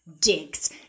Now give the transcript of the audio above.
dicks